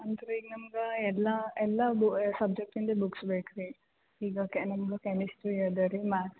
ಅಂದರೆ ಈಗ ನಮ್ಗೆ ಎಲ್ಲ ಎಲ್ಲ ಬು ಸಬ್ಜೆಕ್ಟಿಂದು ಬುಕ್ಸ್ ಬೇಕು ರೀ ಈಗ ಕೆ ನಮ್ಮದು ಕೆಮಿಸ್ಟ್ರಿ ಇದೆ ರೀ ಮ್ಯಾತ್ಸ್